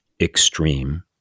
extreme